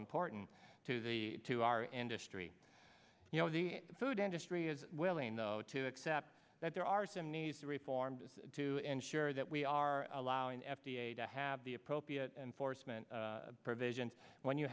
important to the to our industry you know the food industry is willing to accept that there are some needs to reform to ensure that we are allowing f d a to have the appropriate enforcement provisions when you